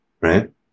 Right